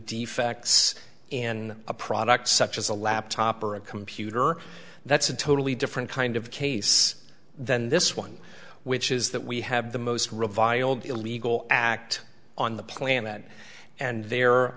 defects in a product such as a laptop or a computer that's a totally different kind of case than this one which is that we have the most reviled illegal act on the planet and they